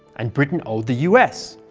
and britain owed the us,